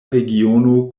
regiono